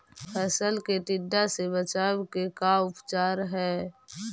फ़सल के टिड्डा से बचाव के का उपचार है?